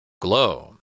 Glow